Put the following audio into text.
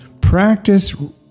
Practice